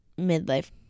midlife